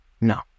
no